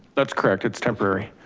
that's correct it's temporary.